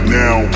now